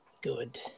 good